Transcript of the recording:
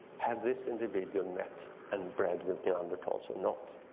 have this individual met and bred with neanderthals or not?